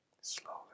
slowly